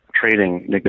trading